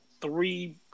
three